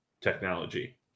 technology